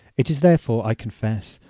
it is therefore, i confess,